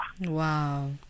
Wow